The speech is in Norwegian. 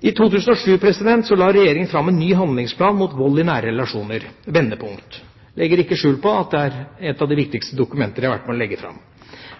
I 2007 la Regjeringa fram en ny handlingsplan mot vold i nære relasjoner, Vendepunkt. Jeg legger ikke skjul på at det er et av de viktigste dokumenter jeg har vært med og legge fram.